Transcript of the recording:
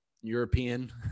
European